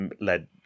led